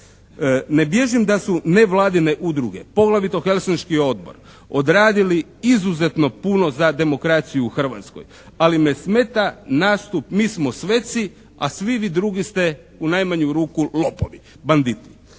Ne bježim da su nevladine udruge, poglavito Helsinški odbor odradili izuzetno puno za demokraciju u Hrvatskoj, ali me smeta nastup mi smo sveci, a svi vi drugi ste u najmanju ruku lopovi, banditi.